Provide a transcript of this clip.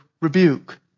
rebuke